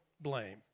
blame